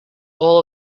all